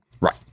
Right